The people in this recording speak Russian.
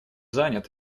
занят